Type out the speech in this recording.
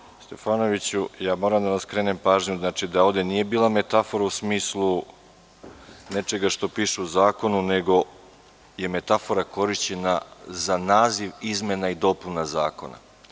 Gospodine Stefanoviću, ja moram da vam skrenem pažnju da ovde nije bila metafora u smislu nečega što piše u zakonu, nego je metafora korišćena za naziv izmena i dopuna zakona.